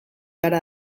gara